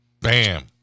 Bam